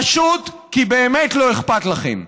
זה פשוט, כי באמת לא אכפת לכם.